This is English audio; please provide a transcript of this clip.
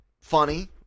funny